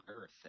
earth